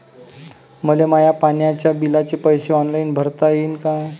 मले माया पाण्याच्या बिलाचे पैसे ऑनलाईन भरता येईन का?